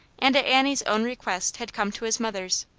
and at annie's own request had come to his mother's.